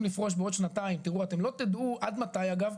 לפרוש בעוד שנתיים "תראו אתם לא תדעו עד מתי" אגב,